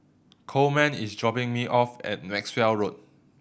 Coleman is dropping me off at Maxwell Road